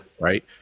right